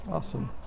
Awesome